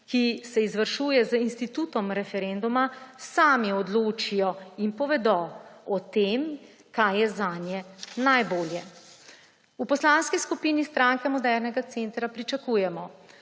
ki se izvršuje z institutom referenduma, sami odločijo in povedo o tem, kaj je zanje najbolje. V Poslanski skupini Stranke modernega centra pričakujemo,